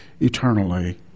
Eternally